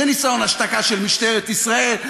זה ניסיון השתקה של משטרת ישראל,